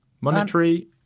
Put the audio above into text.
monetary